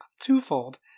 twofold